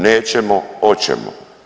Nećemo, oćemo.